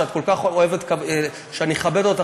שאת כל כך אוהבת שאני אכבד אותך,